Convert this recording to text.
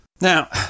Now